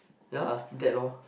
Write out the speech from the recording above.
yeah lah that loh